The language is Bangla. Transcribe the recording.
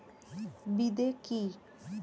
বিদে কি?